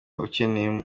ukeneye